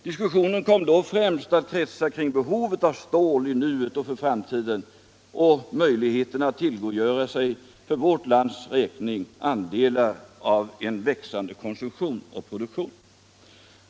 Diskussionen kom då främst att kretsa kring behovet av stål i nuet och för framtiden och vårt lands möjligheter att tillgodogöra sig andelar av en växande konsumtion och produktion.